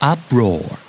Uproar